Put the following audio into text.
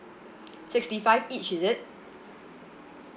sixty five each is it